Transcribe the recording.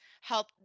help –